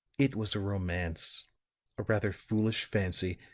it was a romance a rather foolish fancy,